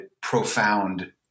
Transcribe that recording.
profound